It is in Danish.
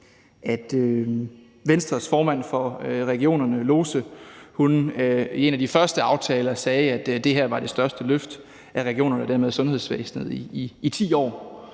at Venstres formand for regionerne, Stephanie Lose, i forbindelse med en af de første aftaler sagde, at det var det største løft af regionerne og dermed sundhedsvæsenet i 10 år.